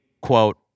Quote